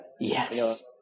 yes